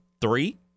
three